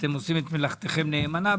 שאתם עושים מלאכתכם נאמנה.